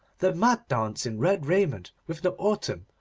the mad dance in red raiment with the autumn,